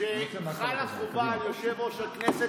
לך בהערת ביניים שחלה חובה על יושב-ראש הכנסת,